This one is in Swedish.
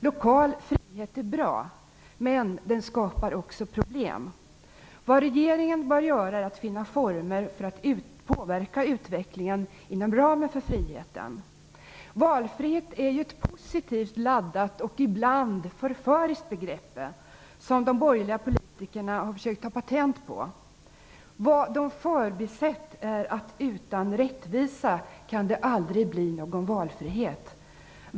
Lokal frihet är bra, men den skapar också problem. Vad regeringen bör göra är att finna former för att påverka utvecklingen inom ramen för friheten. Valfrihet är ett positivt laddat och ibland förföriskt begrepp, som de borgerliga politikerna har försökt ta patent på. Vad de har förbisett är att det utan rättvisa aldrig kan bli någon valfrihet.